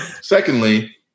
Secondly